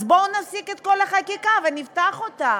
אז בואו נפסיק את כל החקיקה ונפתח אותה.